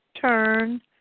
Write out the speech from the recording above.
turn